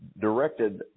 directed